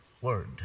word